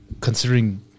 considering